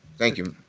thank you.